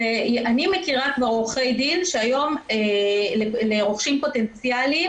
אז אני מכירה כבר עורכי דין שהיום לרוכשים פוטנציאליים